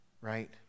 right